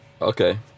okay